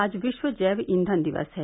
आज विश्व जैव ईंधन दिवस है